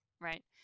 right